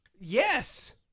Yes